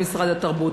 משרד התרבות,